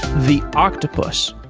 the octopus,